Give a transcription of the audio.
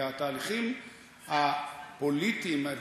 והתהליכים הפוליטיים,